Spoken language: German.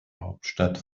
hauptstadt